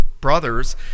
brothers